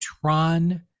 tron